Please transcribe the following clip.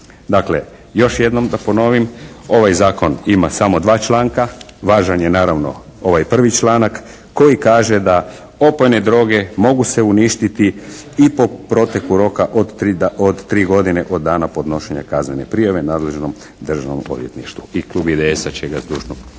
Dakle još jednom da ponovim, ovaj zakon ima samo dva članka. Važan je naravno ovaj prvi članak koji kaže da opojne droge mogu se uništiti i po proteku roka od 3, od 3 godine od dana podnošenja kaznene prijave nadležnom Državnom odvjetništvu. I Klub IDS-a će ga zdušno prihvatiti.